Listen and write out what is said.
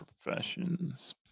professions